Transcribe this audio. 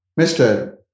Mr